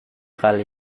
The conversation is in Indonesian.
kali